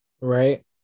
Right